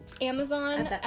amazon